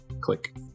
Click